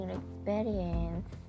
experience